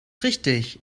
richtig